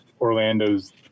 Orlando's